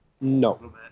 No